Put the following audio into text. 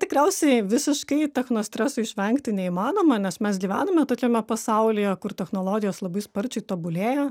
tikriausiai visiškai technostreso išvengti neįmanoma nes mes gyvename tokiame pasaulyje kur technologijos labai sparčiai tobulėja